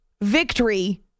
victory